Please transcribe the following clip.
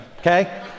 okay